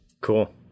Cool